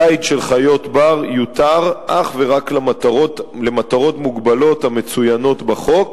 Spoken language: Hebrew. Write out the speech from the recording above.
ציד של חיות בר יותר אך ורק למטרות מוגבלות המצוינות בחוק,